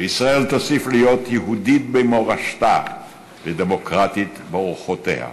שישראל תוסיף להיות יהודית במורשתה ודמוקרטית באורחותיה,